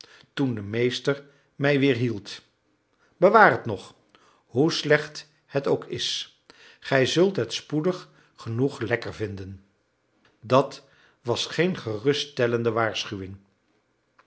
toen de meester mij weerhield bewaar het nog hoe slecht het ook is gij zult het spoedig genoeg lekker vinden dat was geen geruststellende waarschuwing